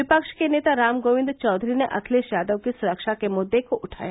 विपक्ष के नेता रामगोविंद चौघरी ने अखिलेश यादव की सुरक्षा के मुद्दे को उठाया